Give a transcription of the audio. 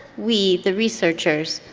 we, the researchers,